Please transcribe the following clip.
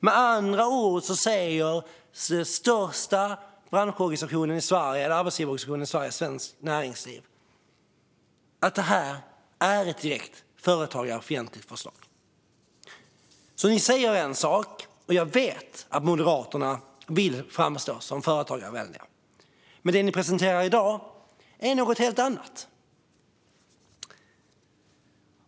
Med andra ord säger den största arbetsgivarorganisationen i Sverige - Svenskt Näringsliv - att det är ett direkt företagarfientligt förslag. Jag vet att Moderaterna vill framstå som företagarvänliga. Man säger en sak, men det man presenterar i dag är något helt annat.